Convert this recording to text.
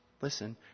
Listen